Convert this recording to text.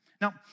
Now